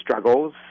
struggles